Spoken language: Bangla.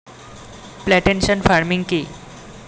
প্লান্টেশন ফার্মিং কি?